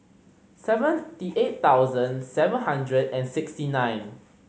seventy eight thousand seven hundred and sixty nine